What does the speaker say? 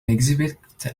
exhibit